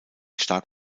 stark